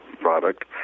product